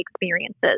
experiences